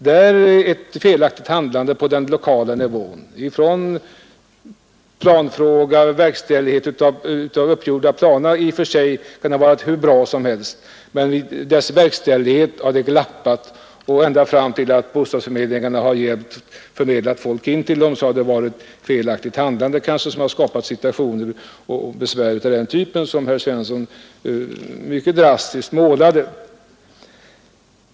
De uppgjorda planerna har i och för sig kunnat vara hur bra som helst men det har glappat i verkställigheten och det har varit ett felaktigt handlande på den lokala nivan ända fram till bostadsförmedlingarna som har anvisat människor bostäder i de här omradena, vilket har skapat situationer och besvär av den typ som herr Svensson mycket drastiskt belyste.